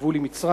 הגבול עם מצרים,